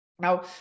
Now